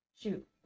Shoot